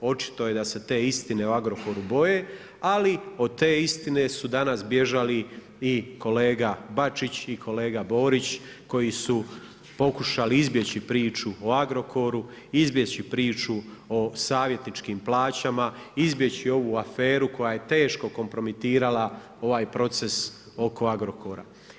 Očito je da se te istine o Agrokoru boje, ali od te istine su danas bježali i kolega Bačić i kolega Borić koji su pokušali izbjeći priču o Agrokoru, izbjeći priču o savjetničkim plaćama, izbjeći ovu aferu koja je teško kompromitirala ovaj proces oko Agrokora.